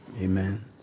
Amen